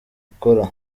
ukora